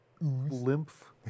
lymph